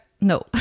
No